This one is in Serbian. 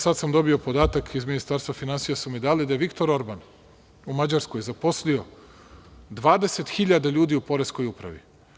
Sada sam dobio podatak, iz Ministarstva finansija su mi dali da Viktor Orban u Mađarskoj zaposlio 20 hiljada ljudi u poreskoj upravi.